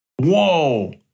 Whoa